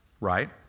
Right